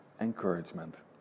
encouragement